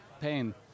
pain